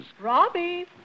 Robbie